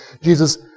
Jesus